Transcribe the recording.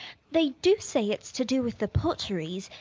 they do say it's to do with the potteries.